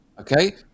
okay